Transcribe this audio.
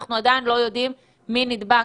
ואנחנו עדיין לא יודעים מי נדבק,